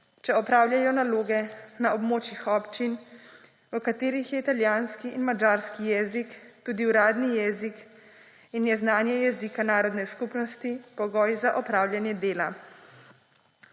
če opravljajo naloge na območjih občin, v katerih je italijanski in madžarski jezik tudi uradni jezik in je znanje jezika narodne skupnosti pogoj za opravljanje dela.